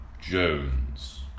Jones